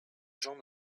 gens